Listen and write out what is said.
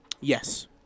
Yes